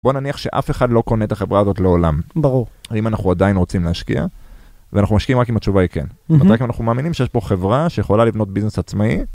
בוא נניח שאף אחד לא קונה את החברה הזאת לעולם. ברור. האם אנחנו עדיין רוצים להשקיע? ואנחנו משקיעים רק אם התשובה היא כן. אנחנו מאמינים שיש פה חברה שיכולה לבנות ביזנס עצמאי.